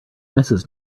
mrs